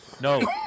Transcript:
No